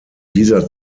dieser